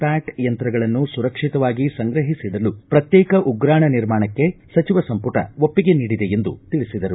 Pat ಯಂತ್ರಗಳನ್ನು ಸುರಕ್ಷಿತವಾಗಿ ಸಂಗ್ರಹಿಸಿ ಇಡಲು ಪ್ರತ್ಯೇಕ ಉಗ್ರಾಣ ನಿರ್ಮಾಣಕ್ಕೆ ಸಚಿವ ಸಂಪುಟ ಒಪ್ಪಿಗೆ ನೀಡಿದೆ ಎಂದು ತಿಳಿಸಿದರು